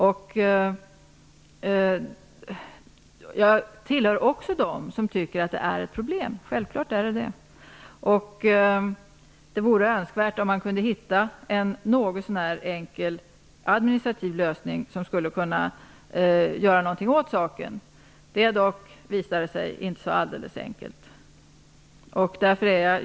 Också jag tillhör dem som tycker att det här är ett problem, självklart är det ett problem. Det vore önskvärt om man kunde hitta en något så när enkel administrativ lösning som skulle innebära att vi kunde göra någonting åt saken. Det är dock - visar det sig - inte alldeles enkelt.